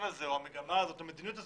הזה או המגמה הזאת או המדיניות הזאת,